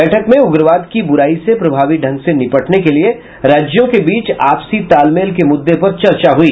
बैठक में उग्रवाद की बुराई से प्रभावी ढंग से निपटने के लिये राज्यों के बीच आपसी तालमेल के मुद्दे पर चर्चा हुई